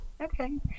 okay